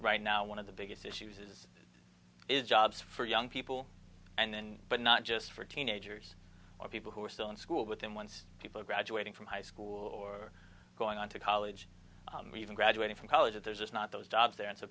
right now one of the biggest issues is is jobs for young people and then but not just for teenagers or people who are still in school but then once people are graduating from high school or going on to college or even graduating from college that there's just not those jobs there and so